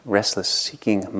restless-seeking